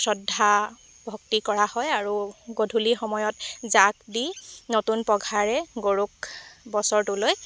শ্ৰদ্ধা ভক্তি কৰা হয় আৰু গধূলি সময়ত জাক দি নতুন পঘাৰে গৰুক বছৰটোলৈ